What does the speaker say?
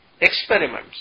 experiments